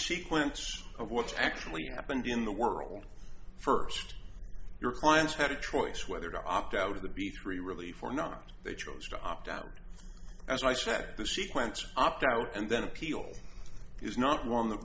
sequence of what's actually happened in the world st your clients had a choice whether to opt out of the b three relief or not they chose to opt out as i said the sequence opt out and then appeal is not one th